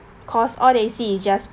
cause all they see is just